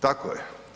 Tako je.